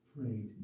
prayed